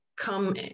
come